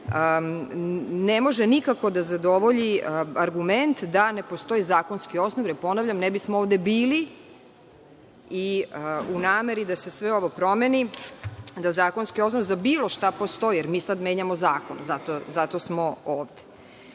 ne može nikako da zadovolji argument da ne postoji zakonski osnov, jer ponavljam ne bismo ovde bili u nameri da se sve ovo promeni, da zakonski osnov za bilo šta postoji, jer mi sada menjamo zakon zato smo ovde. Ono